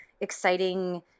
exciting